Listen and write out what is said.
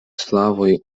slavoj